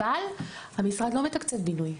אבל המשרד לא מתקצב בינוי.